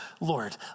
Lord